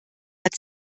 hat